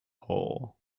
hole